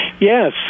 Yes